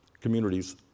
communities